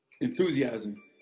enthusiasm